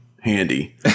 handy